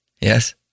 Yes